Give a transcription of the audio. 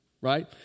Right